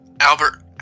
Albert